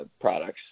products